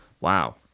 Wow